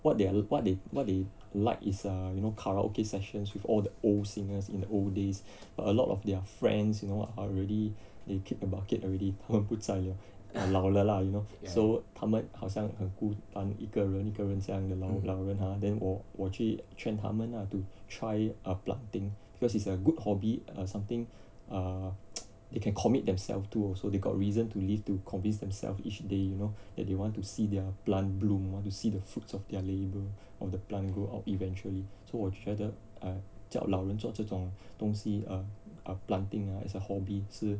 what their what they what they like is uh you know karaoke sessions with all the old seniors in the old days but a lot of their friends you know already they kicked the bucket already 他们不在了老了啦 you know so 他们好像很孤单一个人一个人这样的老人 ah then 我我去劝他们 lah to try err planting because it's a good hobby err something err they can commit themselves to also they got reason to live to convince themselves each day you know that they want to see their plant bloom want to see the fruits of their labour if the plant grow up eventually so 我觉得 err 叫老人做这种东西 err err planting ah is a hobby 是